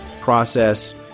process